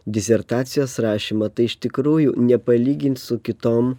disertacijos rašymą tai iš tikrųjų nepalygint su kitom